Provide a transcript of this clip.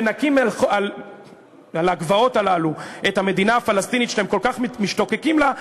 ונקים על הגבעות האלה את המדינה הפלסטינית שאתם כל כך משתוקקים לה,